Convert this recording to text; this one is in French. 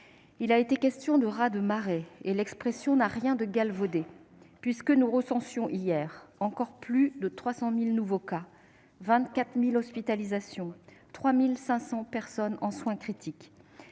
Il a été question de « raz de marée ». L'expression n'a rien de galvaudé, puisque nous recensions, hier encore, plus de 300 000 nouveaux cas, 24 000 hospitalisations et 3 500 patients en soins critiques.